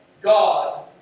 God